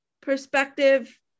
perspective